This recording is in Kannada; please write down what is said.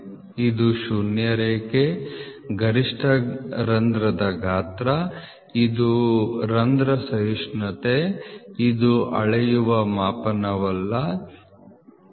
ಇದು ಶೂನ್ಯ ರೇಖೆ ಗರಿಷ್ಠ ರಂಧ್ರದ ಗಾತ್ರ ಇದು ರಂಧ್ರ ಸಹಿಷ್ಣುತೆ ಇದು NOT GO ಗೇಜ್